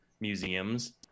museums